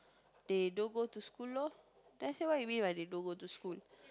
they don't go to school loh then I say what you mean by they don't go to school